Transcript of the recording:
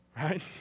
Right